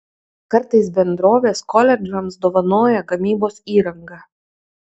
kartais bendrovės koledžams dovanoja gamybos įrangą